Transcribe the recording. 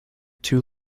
two